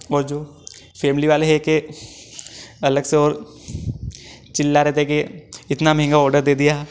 और जो फैमिली वाले हैं के अलग से और चिल्ला रहे थे कि इतना महंगा ऑर्डर दे दिया